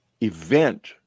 event